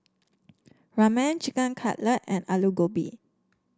Ramen Chicken Cutlet and Alu Gobi